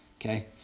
okay